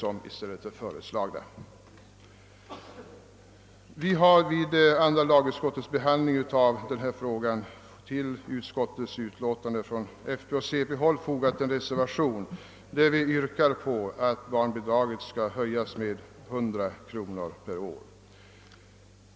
Från centeroch folkpartihåll har vi till andra lagutskottets utlåtande fogat en reservation, vari vi yrkar att bidraget skall höjas med 100 kronor per år.